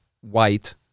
white